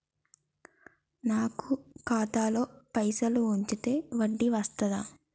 నాకు ఖాతాలో పైసలు ఉంచితే వడ్డీ వస్తదా?